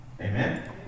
Amen